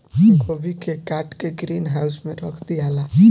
गोभी के काट के ग्रीन हाउस में रख दियाला